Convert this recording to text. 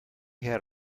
had